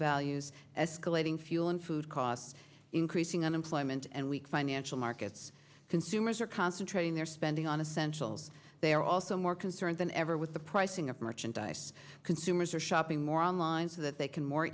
values escalating fuel and food costs increasing unemployment and weak financial markets consumers are concentrating their spending on essential they are also more concerned than ever with the pricing of merchandise consumers are shopping more online so that they can more